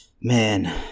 Man